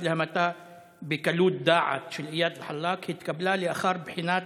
להמתה בקלות דעת של איאד אלחלאק התקבלה לאחר בחינת